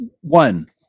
one